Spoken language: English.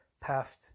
past